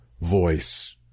voice